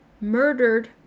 murdered